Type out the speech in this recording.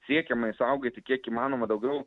siekiama išsaugoti kiek įmanoma daugiau